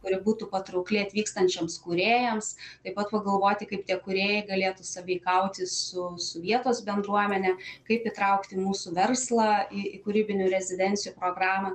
kuri būtų patraukli atvykstančiams kūrėjams taip pat pagalvoti kaip tie kūrėjai galėtų sąveikauti su vietos bendruomene kaip įtraukti mūsų verslą į kūrybinių rezidencijų programą